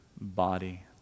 body